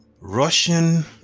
Russian